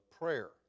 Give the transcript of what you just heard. prayer